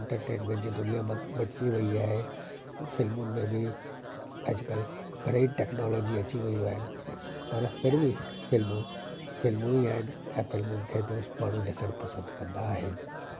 entertainment जी दुनिया म मटिजी वई आहे फिल्मुनि में बि अॼु कल्ह घणे ई टेक्नोलोजी अची वयूं आहिनि पर फिर बि फिल्मूं फिल्मूं ई आहिनि फिल्मुनि खे रोज़ु माण्हू ॾिसणु पसंदि कंदा आहिनि